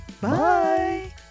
bye